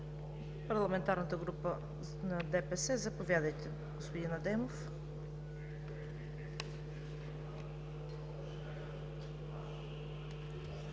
Парламентарната група на ДПС. Заповядайте, господин Адемов.